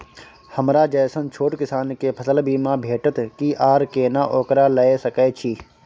हमरा जैसन छोट किसान के फसल बीमा भेटत कि आर केना ओकरा लैय सकैय छि?